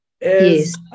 Yes